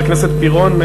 חבר הכנסת פירון,